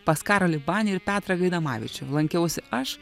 pas karolį banį ir petrą gaidamavičių lankiausi aš